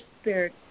Spirit